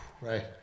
Right